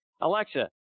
Alexa